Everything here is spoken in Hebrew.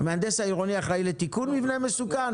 המהנדס העירוני אחראי לתיקון מבנה מסוכן?